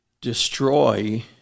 destroy